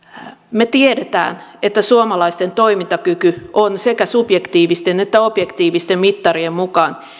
me tiedämme että suomalaisten toimintakyky on sekä subjektiivisten että objektiivisten mittarien mukaan